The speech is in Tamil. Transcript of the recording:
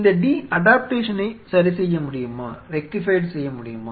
இந்த டி அடாப்டேஷனை சரிசெய்ய முடியுமா